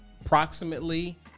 approximately